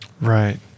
Right